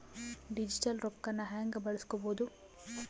Digital ರೊಕ್ಕನ ಹ್ಯೆಂಗ ಬಳಸ್ಕೊಬೊದು?